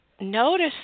Notice